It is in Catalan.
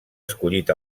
escollit